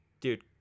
dude